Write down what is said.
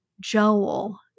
Joel